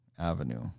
avenue